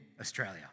Australia